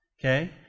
Okay